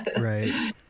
Right